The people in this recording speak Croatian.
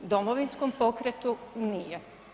Domovinskom pokretu nije.